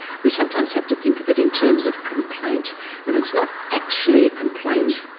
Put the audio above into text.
we sometimes have to think of it in terms of complaint when it's not actually a complaint.